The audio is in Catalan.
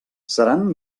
seran